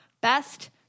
Best